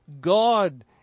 God